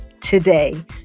today